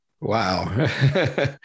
Wow